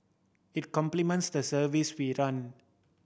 it complements the service we run